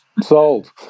Sold